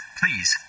please